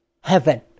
heaven